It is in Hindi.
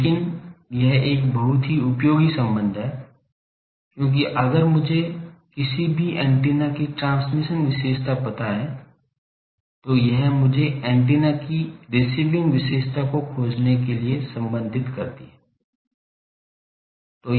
लेकिन यह एक बहुत ही उपयोगी संबंध है क्योंकि अगर मुझे किसी भी एंटीना की ट्रांसमिशन विशेषता पता है तो यह मुझे एंटीना की रिसीविंग विशेषता को खोजने के लिए संबंधित करती है